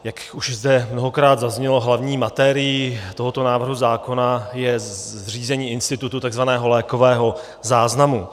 Jak už zde mnohokrát zaznělo, hlavní matérií tohoto návrhu zákona je zřízení institutu takzvaného lékového záznamu.